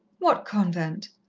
what convent?